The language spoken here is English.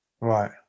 Right